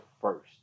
first